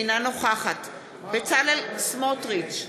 אינה נוכחת בצלאל סמוטריץ,